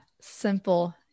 simple